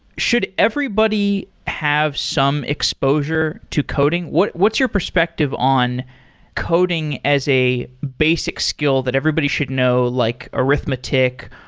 should everybody have some exposure to coding? what's what's your perspective on coding as a basic skill that everybody should know, like arithmetic,